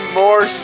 more